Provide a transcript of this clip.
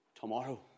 tomorrow